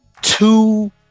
two